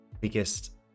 biggest